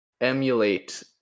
emulate